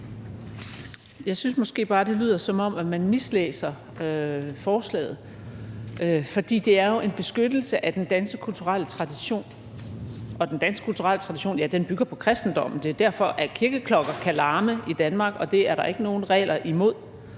Jeg synes måske bare, det lyder, som om man mislæser forslaget, for det er jo en beskyttelse af den danske kulturelle tradition, og den danske kulturelle tradition bygger på kristendommen. Det er derfor, kirkeklokker kan larme i Danmark, og det er der ikke nogen regler imod.